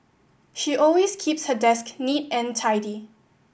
she always keeps her desk neat and tidy